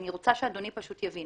אני רוצה שאדוני פשוט יבין.